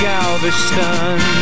Galveston